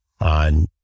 on